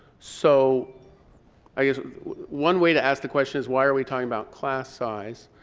so i guess one way to ask the question is why are we talking about class size,